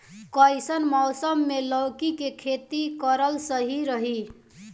कइसन मौसम मे लौकी के खेती करल सही रही?